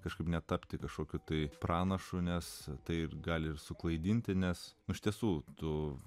kažkaip netapti kažkokiu tai pranašu nes taip gali ir suklaidinti nes iš tiesų tu